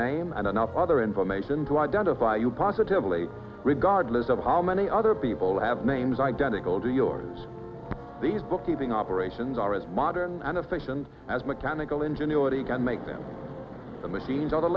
name and enough other information to identify you positively regardless of how many other people have names identical to yours these bookkeeping operations are as modern and efficient as mechanical ingenuity can make them the machines are the